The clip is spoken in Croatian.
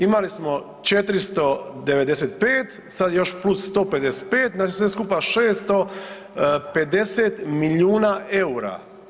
Imali smo 495, sad još + 155, znači sve skupa 650 milijuna EUR-a.